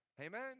amen